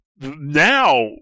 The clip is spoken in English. Now